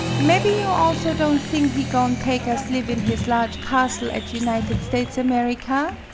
mebby you also don' thing he go'n' take us live in his large castle at united states america?